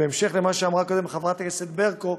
בהמשך למה שאמרה קודם חברת הכנסת ברקו,